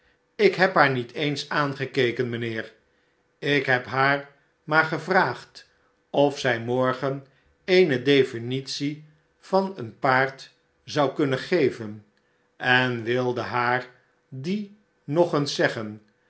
ik heb haar niet eens aangekeken mijnheer ik heb haar maar gevraagd of zij morgen eene definitie van een paard zou kunnen geven en wilde haar die nog eens zeggen